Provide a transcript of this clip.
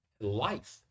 life